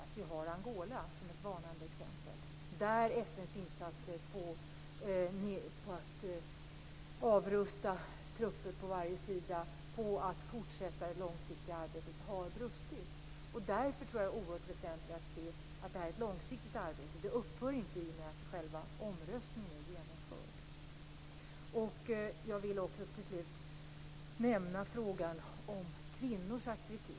Angola är ett varnande exempel, där FN:s insatser för att avrusta trupper på varje sida och fortsätta det långsiktiga arbetet har brustit. Därför är det oerhört väsentligt att se detta som ett långsiktigt arbete. Det upphör inte i och med att själva omröstningen är genomförd. Jag vill till slut nämna frågan om kvinnors aktivitet.